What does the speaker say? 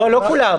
זה שתי שאלות.